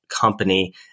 company